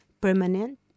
permanent